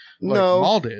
No